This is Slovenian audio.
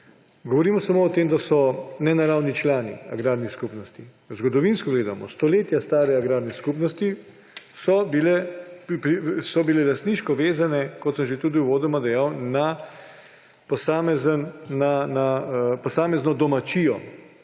Govorimo samo o tem, da so nenaravni člani agrarnih skupnosti. Zgodovinsko gledano, stoletja stare agrarne skupnosti so bile lastniško vezane, kot sem že tudi uvodoma dejal, na posamezno domačijo.